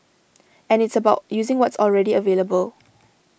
and it's about using what's already available